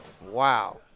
Wow